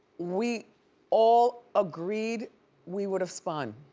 we all agreed we would have spun.